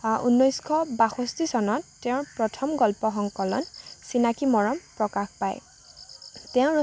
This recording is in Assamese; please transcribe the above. ঊনৈছশ বাসষ্ঠি চনত তেওঁৰ প্ৰথম গল্প সংকলন চিনাকী মৰম প্ৰকাশ পায়